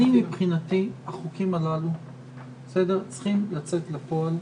מבחינתי החוקים הללו צריכים לצאת לפועל.